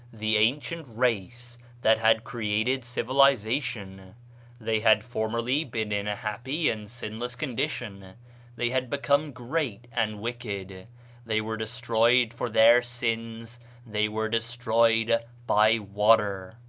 the ancient race that had created civilization they had formerly been in a happy and sinless condition they had become great and wicked they were destroyed for their sins they were destroyed by water.